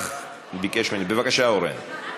בבקשה, אורן.